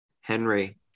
Henry